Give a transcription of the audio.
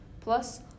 Plus